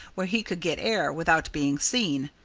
where he could get air, without being seen.